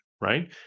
right